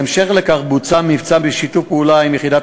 בהמשך נערך מבצע בשיתוף פעולה עם יחידת